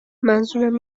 منظورم